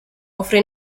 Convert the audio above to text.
offre